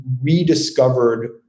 rediscovered